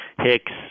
Hicks